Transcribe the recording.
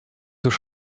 już